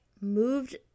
moved